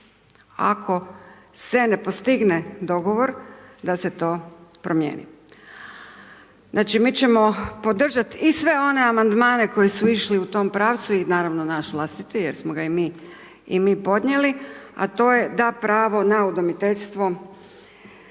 ako se ne postigne dogovor da se to promijeni. Znači, mi ćemo podržat i sve one amandmane koji su išli u tom pravcu, i naravno naš vlastiti, jer smo ga i mi, i mi podnijeli, a to je da pravo na udomiteljstvo,